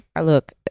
Look